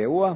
EU-a,